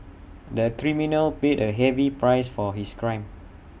the criminal paid A heavy price for his crime